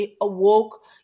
awoke